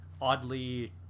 oddly